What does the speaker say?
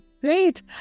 Great